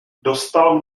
dostal